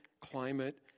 climate